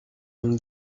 une